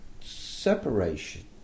separation